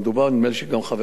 נדמה לי שגם חבר הכנסת חנין,